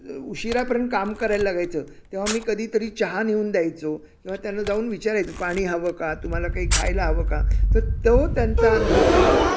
उशिरापर्यंत काम करायला लागायचं तेव्हा मी कधी तरी चहा नेऊन द्यायचो किंवा त्यांना जाऊन विचारायचो पाणी हवं का तुम्हाला काही खायला हवं का तर तो त्यांचा अनुभव त्यांनी